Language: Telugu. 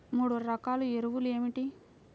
మూడు రకాల ఎరువులు ఏమిటి?